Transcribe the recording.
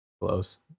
close